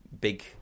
big